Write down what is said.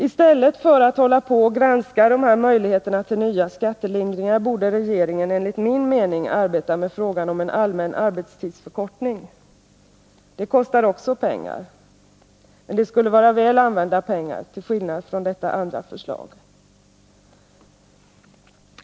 I stället för att hålla på och granska dessa möjligheter till nya skattelindringar borde regeringen, enligt min mening, arbeta med frågan om en allmän arbetstidsförkortning. Det kostar också pengar, men det skulle vara väl använda pengar till skillnad från vad som är fallet vid detta andra förslag.